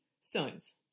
stones